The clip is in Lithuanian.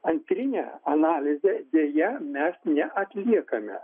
antrinę analizę deja mes neatliekame